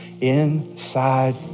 inside